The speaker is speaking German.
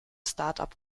startup